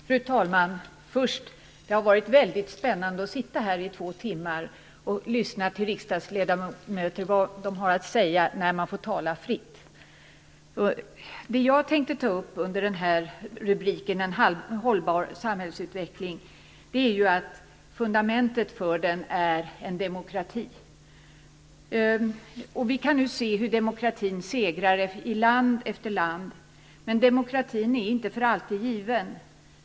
Fru talman! Jag vill först säga att det har varit väldigt spännande att sitta här i två timmar lyssna till vad riksdagsledamöter har att säga när de får tala fritt. Det jag tänkte ta upp under rubriken En hållbar samhällsutveckling är att fundamentet för den är demokrati. Vi kan nu se hur demokratin segrar i land efter land. Men demokratin är inte för alltid given.